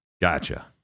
gotcha